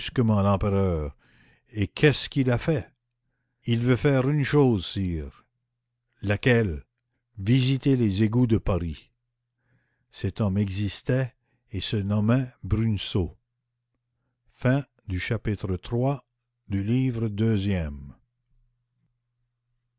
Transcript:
l'empereur et qu'est-ce qu'il a fait il veut faire une chose sire laquelle visiter les égouts de paris cet homme existait et se nommait bruneseau chapitre iv